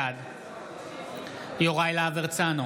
בעד יוראי להב הרצנו,